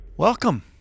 Welcome